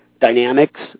Dynamics